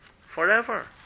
forever